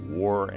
war